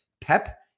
Pep